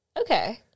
Okay